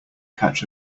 catch